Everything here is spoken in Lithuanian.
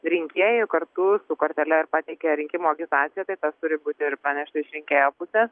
rinkėjui kartu su kortele ar pateikė rinkimų agitaciją tai tas turi būti ir panešta iš rinkėjo pusės